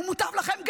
ומותר לכם גם,